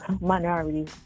minorities